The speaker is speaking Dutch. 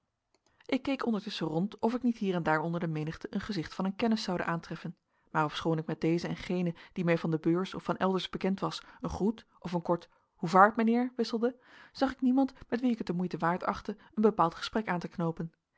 ik keek ondertusschen rond of ik niet hier en daar onder de menigte een gezicht van een kennis zoude aantreffen maar ofschoon ik met dezen en genen die mij van de beurs of van elders bekend was een groet of een kort hoe vaart mijnheer wisselde zag ik niemand met wien ik het de moeite waardig achtte een bepaald gesprek aan te knoopen